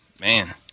man